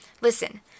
Listen